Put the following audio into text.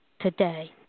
today